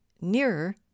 nearer